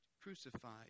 crucified